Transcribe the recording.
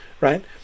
right